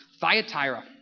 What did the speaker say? Thyatira